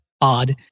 odd